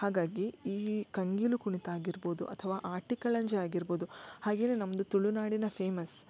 ಹಾಗಾಗಿ ಈ ಕಂಗೀಲು ಕುಣಿತ ಆಗಿರ್ಬೋದು ಅಥವಾ ಆಟಿಕಳಂಜೆ ಆಗಿರ್ಬೋದು ಹಾಗೇ ನಮ್ಮದು ತುಳುನಾಡಿನ ಫೇಮಸ್